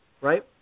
Right